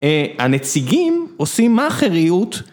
הנציגים עושים מאכריות